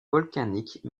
volcaniques